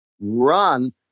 run